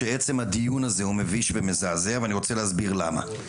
שעצם הדיון הוא מביש ומזעזע ואני רוצה להסביר למה.